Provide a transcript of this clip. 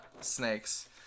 snakes